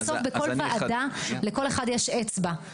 בסוף, בכל וועדה, לכל אחד יש אצבע.